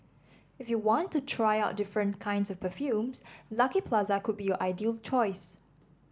if you want to try out different kinds of perfumes Lucky Plaza could be your ideal choice